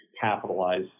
capitalize